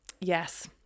yes